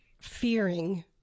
fearing